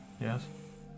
yes